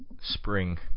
Spring